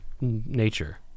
nature